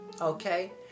okay